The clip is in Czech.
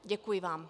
Děkuji vám.